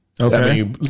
Okay